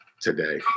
today